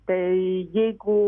tai jeigu